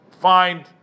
find